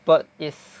but is